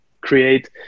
create